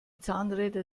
zahnräder